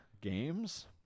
games